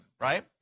right